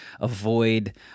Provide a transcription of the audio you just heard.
avoid